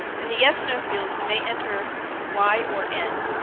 in the yes no fields, you may enter y or n.